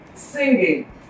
singing